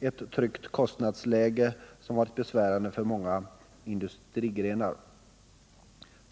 ett högt kostnadsläge som har varit besvärande för många industrigrenar.